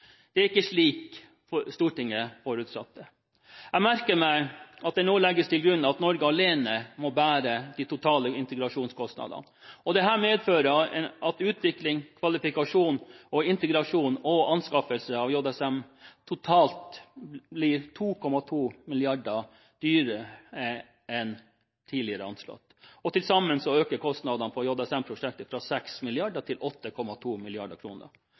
Det er ikke slik Stortinget forutsatte. Jeg merker meg at det nå legges til grunn at Norge alene må bære de totale integrasjonskostnadene. Dette medfører at utvikling, kvalifikasjon, integrasjon og anskaffelse av JSM totalt blir 2,2 mrd. kr dyrere enn tidligere anslått, og til sammen øker kostnadene for JSM-prosjektet fra 6 mrd. kr til 8,2